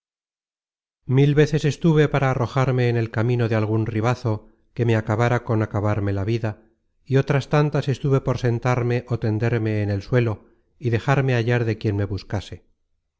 mil veces estuve para arrojarme en el camino de algun ribazo que me acabara con acabarme la vida y otras tantas estuve por sentarme ó tenderme en el suelo y dejarme hallar de quien me buscase